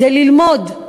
זה ללמוד.